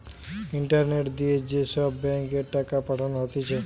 internet দিয়ে যে সব ব্যাঙ্ক এ টাকা পাঠানো হতিছে